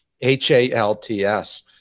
H-A-L-T-S